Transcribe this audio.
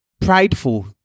prideful